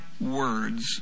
words